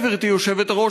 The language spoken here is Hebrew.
גברתי היושבת-ראש,